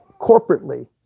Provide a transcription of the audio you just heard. Corporately